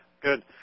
good